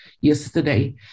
yesterday